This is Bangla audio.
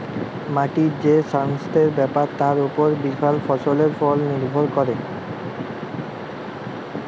মাটির যে সাস্থের ব্যাপার তার ওপর বিভিল্য ফসলের ফল লির্ভর ক্যরে